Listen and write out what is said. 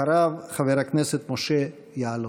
אחריו, חבר הכנסת משה יעלון.